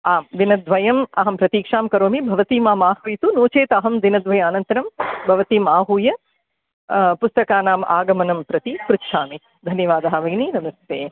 आं दिनद्वयम् अहं प्रतीक्षां करोमि भवती मामाह्वयतु नो चेत् अहं दिनद्वय अनन्तरं भवतीमाहूय पुस्तकानाम् आगमनं प्रति पृच्छामि धन्यवादः भगिनि नमस्ते